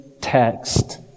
text